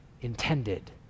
intended